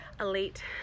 elite